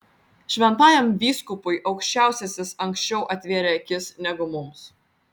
šventajam vyskupui aukščiausiasis anksčiau atvėrė akis negu mums